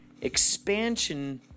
Expansion